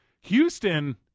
Houston